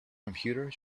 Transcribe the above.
computer